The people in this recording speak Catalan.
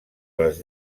les